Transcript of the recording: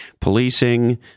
policing